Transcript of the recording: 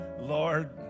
lord